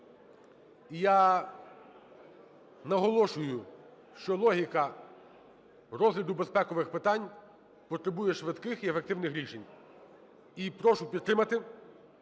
я наголошую, що логіка розгляду безпекових питань потребує швидких і ефективних рішень, і прошу підтримати